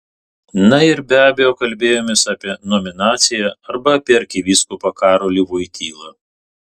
na ir be abejo kalbėjomės apie nominaciją arba apie arkivyskupą karolį voitylą